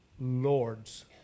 Lord's